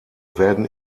werden